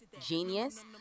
genius